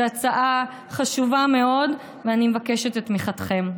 זאת הצעה חשובה מאוד, ואני מבקשת את תמיכתכם.